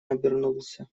обернулся